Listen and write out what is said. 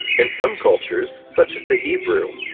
in some cultures, such as the hebrew,